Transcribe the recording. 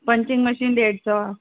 punching machine ॾेढि सौ आहे